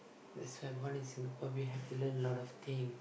this family in Singapore we have to learn a lot of thing